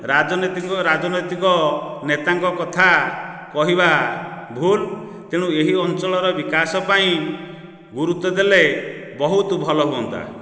ରାଜନୈତିକ ରାଜନୈତିକ ନେତାଙ୍କ କଥା କହିବା ଭୁଲ ତେଣୁ ଏହି ଅଞ୍ଚଳର ବିକାଶ ପାଇଁ ଗୁରୁତ୍ୱ ଦେଲେ ବହୁତ ଭଲ ହୁଅନ୍ତା